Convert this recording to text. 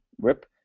Rip